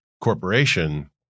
corporation